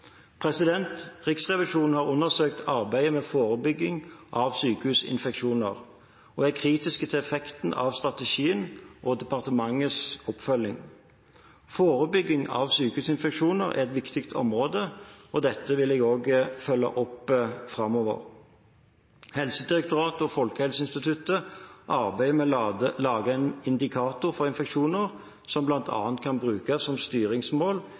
Riksrevisjonen har undersøkt arbeidet med forebygging av sykehusinfeksjoner og er kritisk til effekten av strategien og departementets oppfølging. Forebygging av sykehusinfeksjoner er et viktig område, og dette vil jeg også følge opp framover. Helsedirektoratet og Folkehelseinstituttet arbeider med å lage en indikator for infeksjoner som bl.a. kan brukes som styringsmål